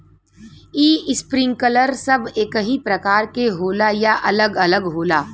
Sprinkler सब एकही प्रकार के होला या अलग अलग होला?